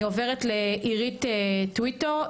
אני עוברת לאירית טויטו,